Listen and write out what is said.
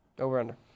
Over-under